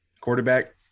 quarterback